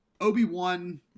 obi-wan